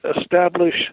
establish